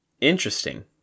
Interesting